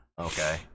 okay